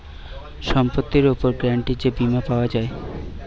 সম্পত্তির উপর গ্যারান্টিড যে বীমা পাওয়া যায়